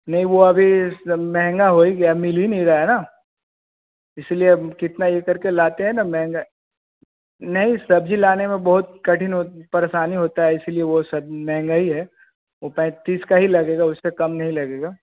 नहीं वह अभी से महँगा हो ही गया मिल ही नहीं रहा है ना इसीलिए अब कितना ये करके लाते हैं ना महँगा नहीं सब्ज़ी लाने में बहुत कठिन हो परेशानी होता है इसीलिए वह सब महँगा ही है वह पैंतीस का ही लगेगा उससे कम नहीं लगेगा